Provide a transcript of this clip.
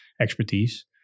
expertise